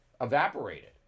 evaporated